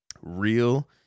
real